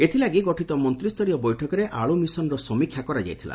ଏଥିଲାଗି ଗଠିତ ମନ୍ତୀସ୍ତରୀୟ ବୈଠକରେ ଆଳୁ ମିଶନର ସମୀକ୍ଷା କରାଯାଇଥିଲା